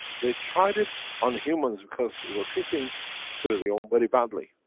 they tried it on humans because it was hitting sierra leone very badly.